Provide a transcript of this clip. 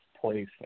place